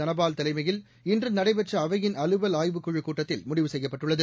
தனபால் தலைமையில் இன்று நடைபெற்ற அவையின் அலுவல் ஆய்வுக் குழுக் கூட்டத்தில் முடிவு செய்யப்பட்டுள்ளது